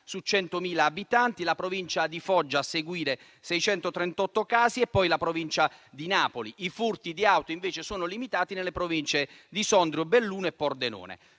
su 100.000 abitanti; la Provincia di Foggia a seguire con 638 casi e poi la Provincia di Napoli. I furti di auto, invece, sono limitati nelle Province di Sondrio, Belluno e Pordenone.